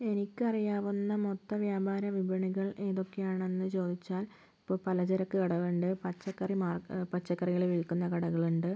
എനിക്കറിയാവുന്ന മൊത്തം വ്യാപാര വിപണികൾ ഏതൊക്കെയാണെന്ന് ചോദിച്ചാൽ ഇപ്പ പലചരക്ക് കടകളുണ്ട് പച്ചക്കറി മാർക പച്ചക്കറികൾ വിൽക്കുന്ന കടകളുണ്ട്